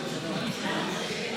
ממשיך מיוחד),